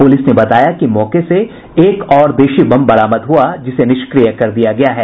police ने बताया कि मौके से एक और देशी बम बरामद हुआ जिसे निष्क्रिय कर दिया गया है